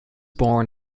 born